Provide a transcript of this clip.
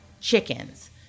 chickens